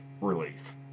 relief